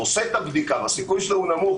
עושה את הבדיקה והסיכוי שלו נמוך,